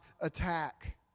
attack